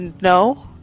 no